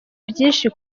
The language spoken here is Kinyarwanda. byinshi